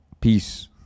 Peace